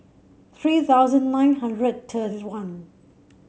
three thousand nine hundred thirty one